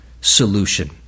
solution